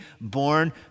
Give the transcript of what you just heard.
born